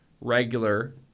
regular